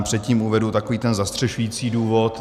Předtím uvedu takový ten zastřešující důvod.